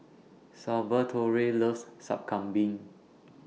Salvatore loves Sup Kambing